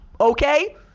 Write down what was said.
okay